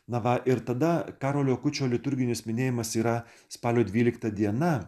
na ir tada karolio kučio liturginis minėjimas yra spalio dvylikta diena